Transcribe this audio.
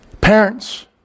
Parents